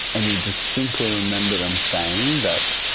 and you distinctly remember them saying that